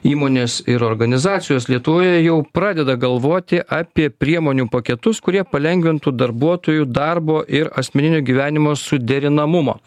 įmonės ir organizacijos lietuvoje jau pradeda galvoti apie priemonių paketus kurie palengvintų darbuotojų darbo ir asmeninio gyvenimo suderinamumą